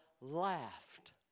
laughed